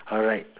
alright